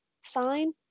sign